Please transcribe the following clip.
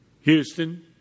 Houston